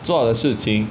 做的事情